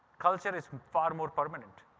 culture is far more permanent.